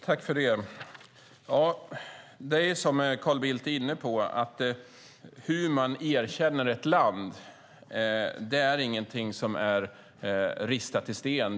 Fru talman! Det är som Carl Bildt är inne på: Hur man erkänner ett land är ingenting som är ristat i sten.